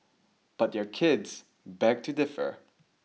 but their kids beg to differ